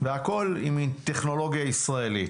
והכל עם טכנולוגיה ישראלית.